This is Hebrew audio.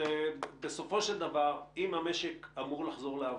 אם המשק אמור לחזור לעבודה,